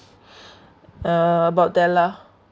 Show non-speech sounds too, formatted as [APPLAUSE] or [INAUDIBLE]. [BREATH] uh about that lah